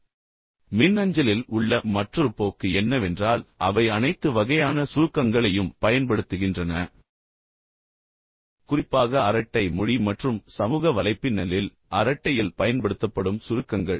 சுருக்கங்களைப் பயன்படுத்துவதைப் பொறுத்தவரை மின்னஞ்சலில் உள்ள மற்றொரு போக்கு என்னவென்றால் அவை அனைத்து வகையான சுருக்கங்களையும் பயன்படுத்துகின்றன குறிப்பாக அரட்டை மொழி மற்றும் சமூக வலைப்பின்னலில் அரட்டையில் பயன்படுத்தப்படும் சுருக்கங்கள்